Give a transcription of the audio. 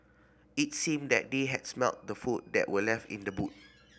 it seemed that they had smelt the food that were left in the boot